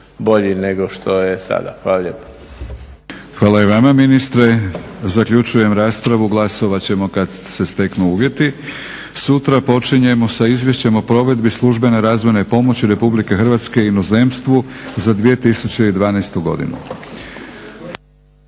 bolji nego što je sada. Hvala lijepa. **Batinić, Milorad (HNS)** Hvala i vama ministre. Zaključujem raspravu. Glasovat ćemo kad se steknu uvjeti. Sutra počinjemo sa Izvješćem o provedbi službene razvojne pomoći RH u inozemstvu za 2012. godinu.